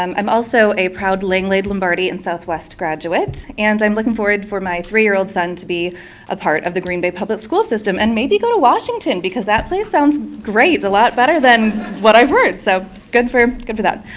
um i'm also a proud langley lombardi and southwest graduate and i'm looking forward for my three-year-old son to be a part of the green bay school system and maybe go to washington because that place sounds great, a lot better than what i've heard, so good for good for that.